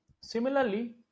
Similarly